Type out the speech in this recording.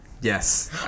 yes